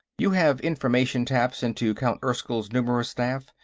you have information-taps into count erskyll's numerous staff?